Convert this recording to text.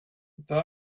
but